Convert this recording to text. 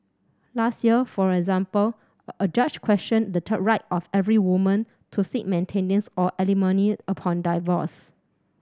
last year for example a judge questioned the right of every woman to seek maintenance or alimony upon divorce